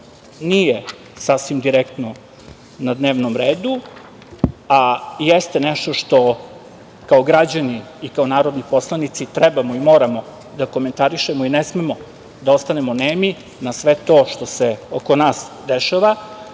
nije sasvim direktno na dnevnom redu, a jeste nešto što, kao građani i, kao narodni poslanici, trebamo i moramo da komentarišemo je, ne smemo da ostanemo nemi na sve to što se oko nas dešava